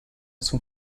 son